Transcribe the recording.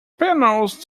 panels